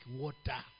water